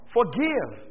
forgive